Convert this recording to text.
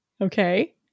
okay